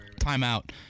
timeout